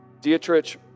Dietrich